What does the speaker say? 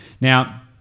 Now